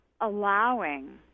allowing